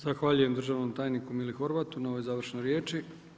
Zahvaljujem državnom tajniku Mili Horvatu na ovoj završnoj riječi.